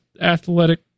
athletic